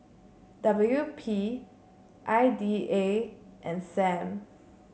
W P I D A and Sam